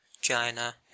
china